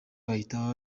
bahita